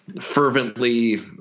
fervently